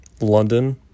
London